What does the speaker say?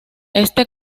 este